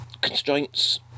constraints